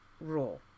rule